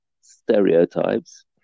stereotypes